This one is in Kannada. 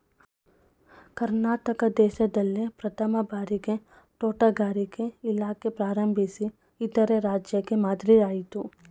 ಕರ್ನಾಟಕ ದೇಶ್ದಲ್ಲೇ ಪ್ರಥಮ್ ಭಾರಿಗೆ ತೋಟಗಾರಿಕೆ ಇಲಾಖೆ ಪ್ರಾರಂಭಿಸಿ ಇತರೆ ರಾಜ್ಯಕ್ಕೆ ಮಾದ್ರಿಯಾಯ್ತು